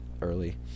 early